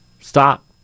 Stop